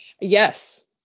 Yes